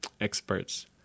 experts